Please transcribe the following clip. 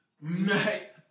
Night